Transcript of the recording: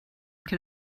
can